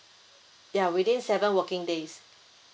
ya within seven working days